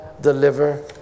deliver